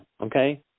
okay